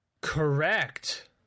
Correct